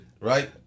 Right